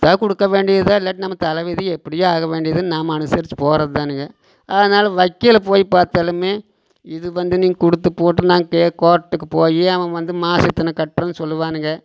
கொடுத்தா குடிக்க வேண்டியது தான் இல்லாட்டி நம்ம தலைவிதி எப்படியோ ஆக வேண்டியது நாம அனுசரிச்சு போகிறதுதானுங்க அதனால வக்கீலை போய் பார்த்தாலுமே இது வந்து நீங்க கொடுத்து போட்டு நாங்க கே கோட்டுக்கு போய் அவள் வந்து மாச இத்தனி கட்டுறன்னு சொல்லுவானுங்க